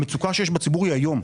המצוקה שיש בציבור היא היום.